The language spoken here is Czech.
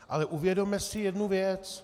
Ale uvědomme si jednu věc.